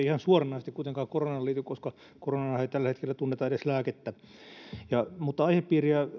ihan suoranaisesti kuitenkaan koronaan liity koska koronaanhan ei tällä hetkellä tunneta edes lääkettä mutta aihepiiriä